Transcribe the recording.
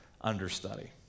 understudy